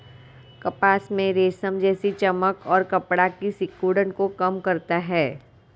कपास में रेशम जैसी चमक और कपड़ा की सिकुड़न को कम करता है